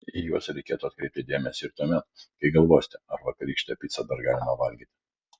į juos reikėtų atkreipti dėmesį ir tuomet kai galvosite ar vakarykštę picą dar galima valgyti